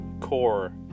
core